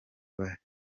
bayikoze